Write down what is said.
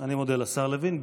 אני מודה לשר לוין.